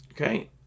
Okay